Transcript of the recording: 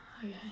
Okay